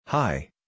Hi